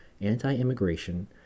anti-immigration